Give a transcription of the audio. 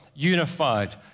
unified